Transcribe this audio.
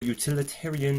utilitarian